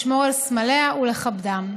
לשמור על סמליה ולכבדם.